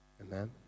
Amen